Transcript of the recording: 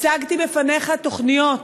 הצגתי בפניך תוכניות,